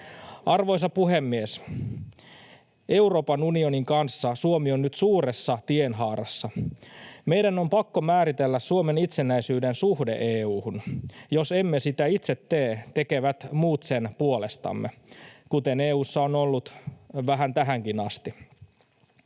Arvoisa puhemies! Euroopan unionin kanssa Suomi on nyt suuressa tienhaarassa. Meidän on pakko määritellä Suomen itsenäisyyden suhde EU:hun. Jos emme sitä itse tee, tekevät muut sen puolestamme, kuten EU:ssa on vähän ollut tähänkin asti.